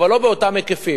אבל לא באותם היקפים.